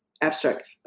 abstract